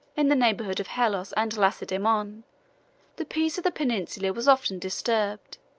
in the neighborhood of helos and lacedaemon, the peace of the peninsula was often disturbed.